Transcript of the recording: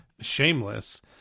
shameless